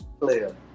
player